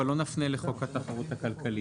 אבל לא נפנה לחוק התחרות הכלכלית.